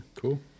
Cool